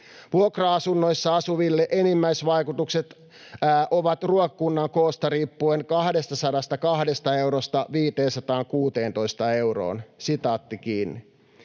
Vuokra-asunnoissa asuvilla enimmäisvaikutukset ovat ruokakunnan koosta riippuen 202 eurosta 516 euroon.” Haluaisinkin